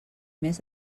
més